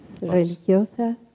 religiosas